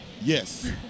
Yes